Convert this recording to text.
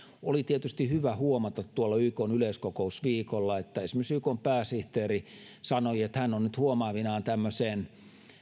oli tietysti hyvä huomata tuolla ykn yleiskokousviikolla että esimerkiksi ykn pääsihteeri sanoi että hän on nyt huomaavinaan tämmöisen